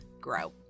grow